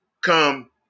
come